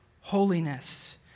holiness